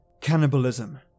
Cannibalism